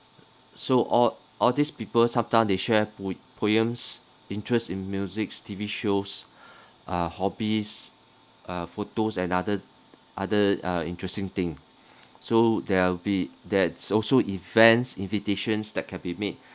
so all all these people sometime they share po~ poems interests in musics T_V shows uh hobbies uh photos and other other uh interesting thing so there'll be that social events invitations that can be made